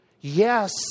Yes